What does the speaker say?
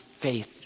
faith